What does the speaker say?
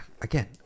Again